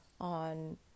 on